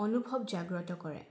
অনুভৱ জাগ্ৰত কৰে